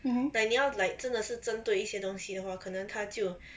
mmhmm